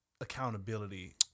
Accountability